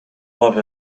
love